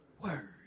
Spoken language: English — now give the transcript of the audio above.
word